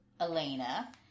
Elena